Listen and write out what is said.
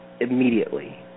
immediately